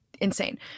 insane